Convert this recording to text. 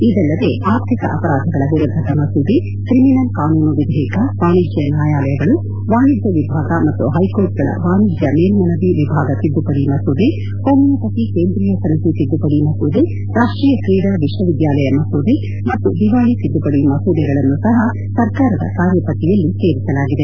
ಇದಲ್ಲದೆ ಆರ್ಥಿಕ ಅಪರಾಧಗಳ ವಿರುದ್ಧದ ಮಸೂದೆ ಕ್ರಿಮಿನಲ್ ಕಾನೂನು ವಿಧೇಯಕ ವಾಣಿಜ್ಯ ನ್ಯಾಯಾಲಯಗಳು ವಾಣಿಜ್ಯ ವಿಭಾಗ ಮತ್ತು ಹೈಕೋರ್ಟ್ಗಳ ವಾಣಿಜ್ಯ ಮೇಲ್ಮನವಿ ವಿಭಾಗ ತಿದ್ದುಪಡಿ ಮಸೂದೆ ಹೋಮಿಯೋಪತಿ ಕೇಂದ್ರೀಯ ಸಮಿತಿ ತಿದ್ದುಪಡಿ ಮಸೂದೆ ರಾಷ್ಟೀಯ ಕ್ರೀಡಾ ವಿಶ್ವವಿದ್ಯಾಲಯ ಮಸೂದೆ ಮತ್ತು ದಿವಾಳಿ ತಿದ್ದುಪಡಿ ಮಸೂದೆಗಳನ್ನು ಸಪ ಸರ್ಕಾರದ ಕಾರ್ಯಪಟ್ಟಿಯಲ್ಲಿ ಸೇರಿಸಲಾಗಿದೆ